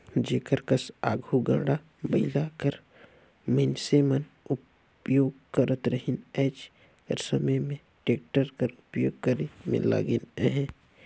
जेकर कस आघु गाड़ा बइला कर मइनसे मन उपियोग करत रहिन आएज कर समे में टेक्टर कर उपियोग करे में लगिन अहें